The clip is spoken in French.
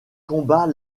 combat